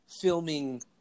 filming